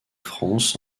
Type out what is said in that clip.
france